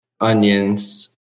onions